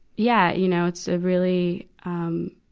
yeah, you know, it's a really, um,